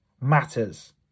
matters